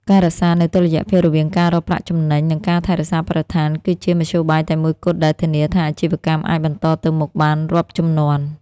ការរក្សានូវតុល្យភាពរវាងការរកប្រាក់ចំណេញ និងការថែរក្សាបរិស្ថាន គឺជាមធ្យោបាយតែមួយគត់ដែលធានាថាអាជីវកម្មអាចបន្តទៅមុខបានរាប់ជំនាន់។